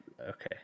okay